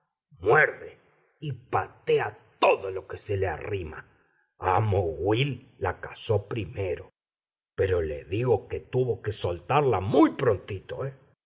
muerde y patea tó lo que se le arrima amo will la cazó primero pero le digo que tuvo que soltarla mu prontito y